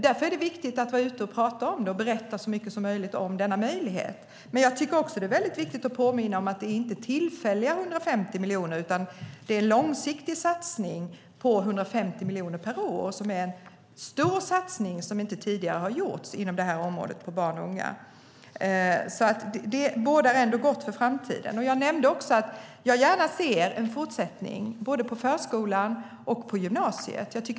Därför är det viktigt att vara ute och berätta så mycket som möjligt om denna möjlighet. Det är även viktigt att påminna om att det inte är fråga om tillfälliga 150 miljoner, utan det är en långsiktig satsning på 150 miljoner per år. Det är alltså en stor satsning som inte har gjorts tidigare inom det här området, på barn och unga. Det bådar gott för framtiden. Jag nämnde att jag gärna ser en fortsättning både på förskolan och på gymnasiet.